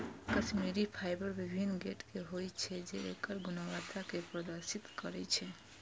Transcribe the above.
Kashmiri fibre विभिन्न grade के होइ छै, जे एकर गुणवत्ता कें प्रदर्शित करै छै